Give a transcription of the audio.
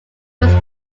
was